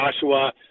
Joshua